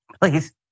Please